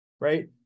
right